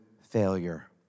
failure